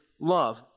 love